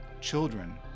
Children